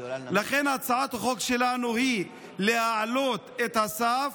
לכן הצעת החוק שלנו היא להעלות את הסף